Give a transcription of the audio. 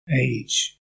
age